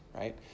right